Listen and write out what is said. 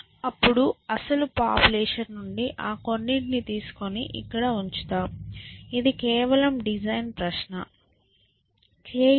అప్పుడు అసలు పాపులేషన్ నుండి ఆ కొన్నింటిని తీసుకుని ఇక్కడ ఉంచుతాం ఇది కేవలం డిజైన్ ప్రశ్న